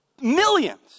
Millions